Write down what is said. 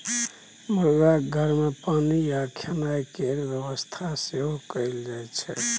मुरगाक घर मे पानि आ खेनाइ केर बेबस्था सेहो कएल जाइत छै